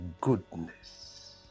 goodness